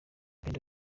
pendo